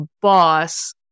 boss